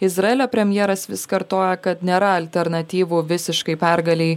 izraelio premjeras vis kartoja kad nėra alternatyvų visiškai pergalei